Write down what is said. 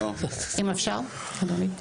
אם אפשר, אדוני?